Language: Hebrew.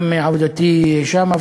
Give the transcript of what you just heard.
גם מעבודתי שם,